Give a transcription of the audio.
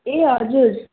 ए हजुर